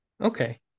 okay